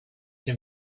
him